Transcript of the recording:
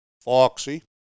Foxy